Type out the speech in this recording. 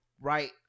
right